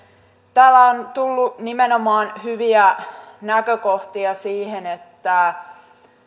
täällä on tullut nimenomaan hyviä näkökohtia siihen että